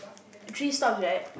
three stops right